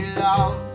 love